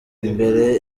imbere